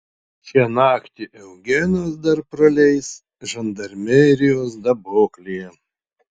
šią naktį eugenas dar praleis žandarmerijos daboklėje